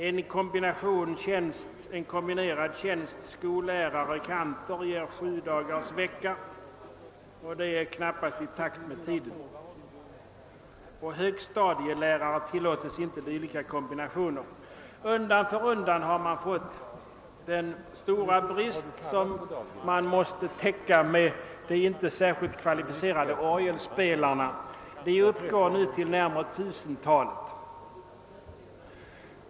En kombinerad tjänst som skollärare-kantor ger sjudagarsvecka, och det är knappast i takt med tiden. För högskolelärare tillåts inte dylika kombinationer. Undan för undan har man fått den stora brist som måste täckas med de inte särskilt kvalificerade orgelspelarna. De uppgår nu till närmare tusentalet.